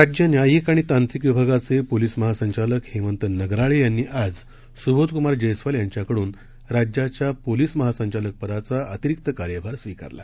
राज्य न्यायिक आणि तांत्रिक विभागाचे पोलीस महासंचालक हेमंत नगराळे यांनी आज सुबोधकुमार जयस्वाल यांच्याकडून राज्याच्या पोलिस महासंचालक पदाचा अतिरिक्त कार्यभार स्वीकारला